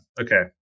Okay